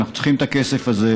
אנחנו צריכים את הכסף הזה,